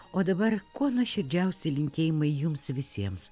o dabar kuo nuoširdžiausi linkėjimai jums visiems